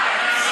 אין שר.